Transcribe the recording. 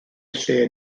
lle